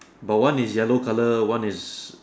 but one is yellow color [one] is